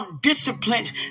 disciplined